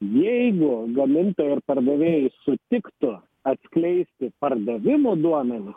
jeigu gamintojai ir pardavėjai sutiktų atskleisti pardavimo duomenis